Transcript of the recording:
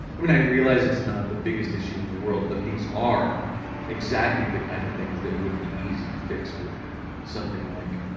i mean i realize it's not the biggest issue in the world, but these are exactly the kind of things that would be easy to fix with something like